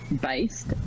based